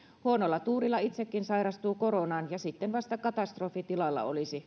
huonolla tuurilla itsekin sairastuu koronaan ja sitten vasta katastrofi tilalla olisi